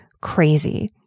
crazy